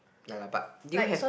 ya lah but do you have